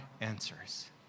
answers